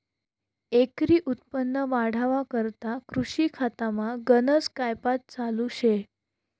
एकरी उत्पन्न वाढावा करता कृषी खातामा गनज कायपात चालू शे